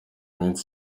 minsi